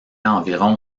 environ